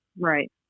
right